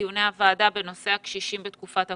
דיוני הוועדה בנושא הקשישים בתקופת הקורונה.